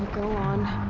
go on.